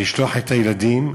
לשלוח את הילדים,